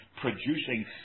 producing